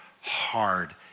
hard